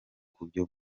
kubyo